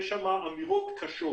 יש שם אמירות קשות